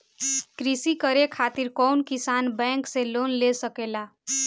कृषी करे खातिर कउन किसान बैंक से लोन ले सकेला?